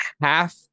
half